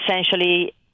essentially